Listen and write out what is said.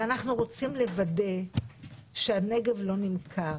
ואנחנו רוצים לוודא שהנגב לא נמכר.